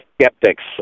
skeptics